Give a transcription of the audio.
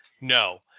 No